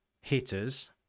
hitters